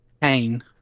Pain